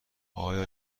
آیا